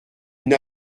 une